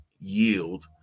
yield